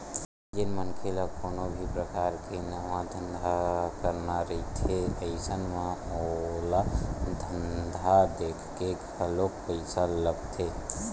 जेन मनखे ल कोनो भी परकार के नवा धंधा करना रहिथे अइसन म ओला धंधा देखके घलोक पइसा लगथे